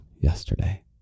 yesterday